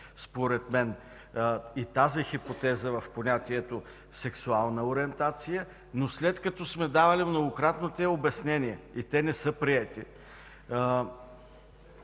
според мен, и тази хипотеза в понятието „сексуална ориентация”, но след като сме давали многократно тези обяснения и те не са приети,